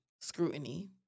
scrutiny